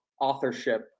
authorship